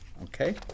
Okay